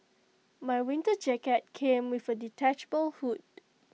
my winter jacket came with A detachable hood